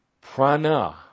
Prana